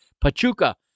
Pachuca